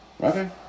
Okay